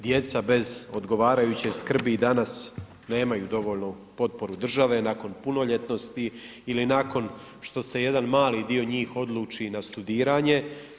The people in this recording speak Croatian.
Djeca bez odgovarajuće skrbi i danas nemaju dovoljno potporu države nakon punoljetnosti ili nakon što se jedan mali dio njih odluči na studiranje.